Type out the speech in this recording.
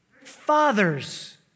Fathers